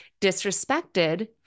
disrespected